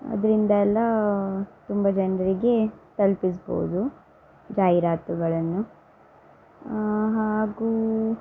ಅದರಿಂದ ಎಲ್ಲ ತುಂಬ ಜನರಿಗೆ ತಲುಪಿಸ್ಬಹುದು ಜಾಹಿರಾತುಗಳನ್ನು ಹಾಗೂ